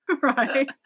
Right